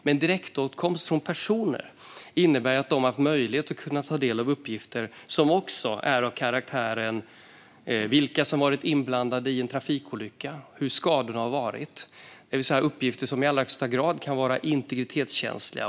Men direktåtkomst för personer har inneburit att de haft möjlighet att ta del av uppgifter som också är av karaktären vilka som varit inblandade i en trafikolycka och vilka skadorna varit, det vill säga uppgifter som i allra högsta grad kan vara integritetskänsliga.